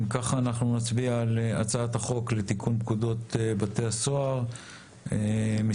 נצביע על הצעת החוק לתיקון פקודת בתי הסוהר (מס'